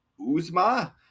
Uzma